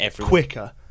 quicker